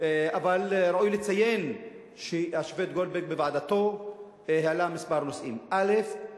אבל ראוי לציין שהשופט גולדברג בוועדתו העלה כמה נושאים: א.